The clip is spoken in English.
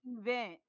event